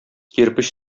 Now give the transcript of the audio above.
кирпеч